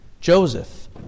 Joseph